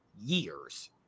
years